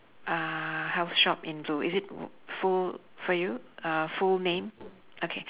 uh health shop in blue is it full for you uh full name okay